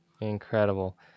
Incredible